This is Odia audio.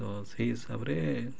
ତ ସେଇ ହିସାବରେ